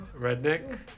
Redneck